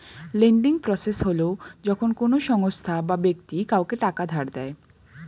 lending process হল যখন কোনো সংস্থা বা ব্যক্তি কাউকে টাকা ধার দেয়